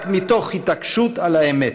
רק מתוך התעקשות על האמת,